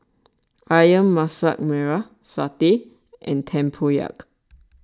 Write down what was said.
Ayam Masak Merah Satay and Tempoyak